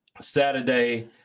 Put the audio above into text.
Saturday